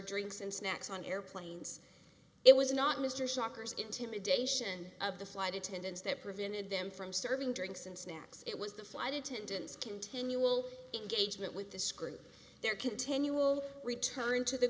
drinks and snacks on airplanes it was not mr shockers intimidation of the flight attendants that prevented them from serving drinks and snacks it was the flight attendants continual engagement with this group their continual return to the